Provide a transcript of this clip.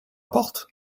porte